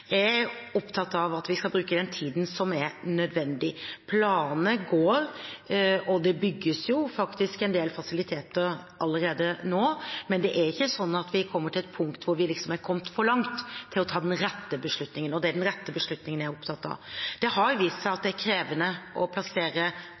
Jeg er opptatt av at vi skal bruke den tiden som er nødvendig. Planene går, og det bygges faktisk en del fasiliteter allerede nå. Men det er ikke slik at vi kommer til et punkt hvor vi er kommet for langt til å ta den rette beslutningen, og det er den rette beslutningen jeg er opptatt av. Det har vist seg at